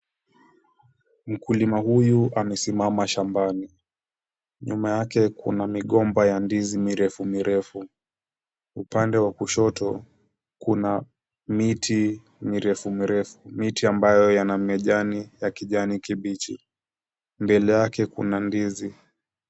Mkulima huyu amesimama shambani. Nyuma yake kuna migomba ya ndizi mirefu mirefu. Upande wa kushoto kuna miti mirefu mirefu, miti ambayo yana majani ya kijani kibichi. Mbele yake kuna ndizi.